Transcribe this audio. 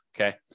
okay